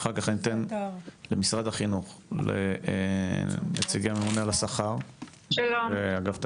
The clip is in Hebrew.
ואח"כ אני אתן למשרד החינוך לנציג הממונה על השכר ואגף תקציבים.